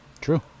True